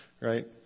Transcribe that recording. right